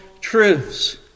truths